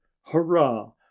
hurrah